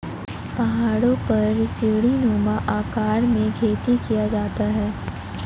पहाड़ों पर सीढ़ीनुमा आकार में खेती किया जाता है